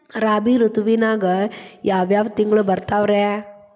ರಾಬಿ ಋತುವಿನಾಗ ಯಾವ್ ಯಾವ್ ತಿಂಗಳು ಬರ್ತಾವ್ ರೇ?